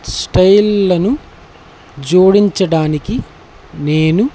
స్టైల్లను జోడించడానికి నేను